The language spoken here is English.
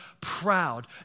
proud